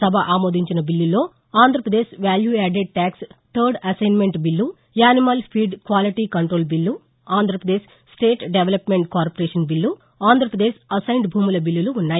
సభ ఆమోదించిన బిల్లుల్లో Andhra Pradesh value added tax third assignment bill animal feed quality control bill Andhra Pradesh state development corporation bill Andhra Pradesh assigned భూముల బిల్లులు ఉన్నాయి